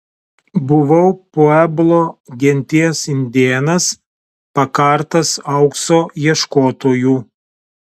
buvau pueblo genties indėnas pakartas aukso ieškotojų